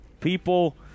people –